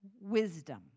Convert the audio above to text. Wisdom